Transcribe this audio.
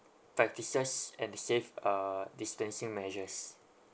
practices and the safe uh distancing measures